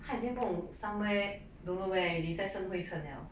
他已近不懂 somewhere don't know were already 在生灰尘了